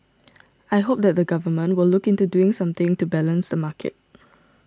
I hope that the Government will look into doing something to balance the market